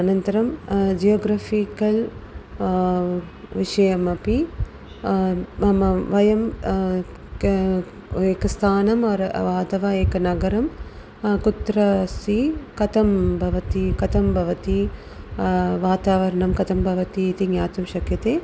अनन्तरं जियोग्रफ़िकल् विषयमपि मम वयं क एकं स्थानम् अथवा एकनगरं कुत्र अस्ति कथं भवति कथं भवति वातारणं कथं भवति इति ज्ञातुं शक्यते